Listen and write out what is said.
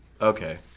Okay